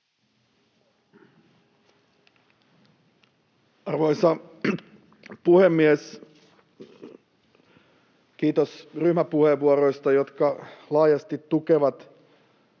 Arvoisa puhemies! Kiitos ryhmäpuheenvuoroista, jotka laajasti tukevat